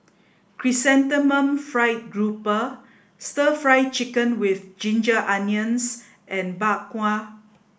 Chrysanthemum Fried Garoupa Stir Fry Chicken with Ginger Onions and Bak Kwa